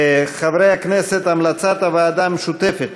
חברי הכנסת, המלצת הוועדה המשותפת